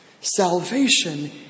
Salvation